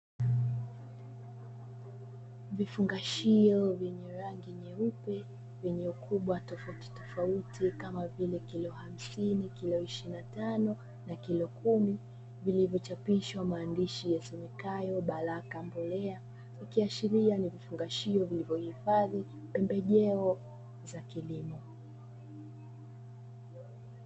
Vifungashio vyenye rangi nyeusi vyenye ukubwa tofauti tofauti kama vile kilo hamsini ,kilo ishirini na tano na kilo kumi vilivyochapishwa maandishi yasomekayo baraka mbolea akiashiria ni vifungashio vilivyohifadhi pembejeo za kilimo.